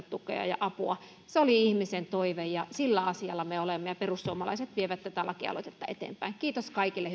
tukea ja apua se oli ihmisen toive ja sillä asialla me olemme ja perussuomalaiset vievät tätä lakialoitetta eteenpäin kiitos kaikille